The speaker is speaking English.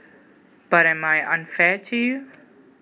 but am I unfair to you